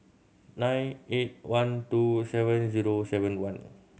nine eight one two seven zero seven one